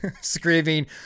Screaming